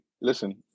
listen